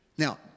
Now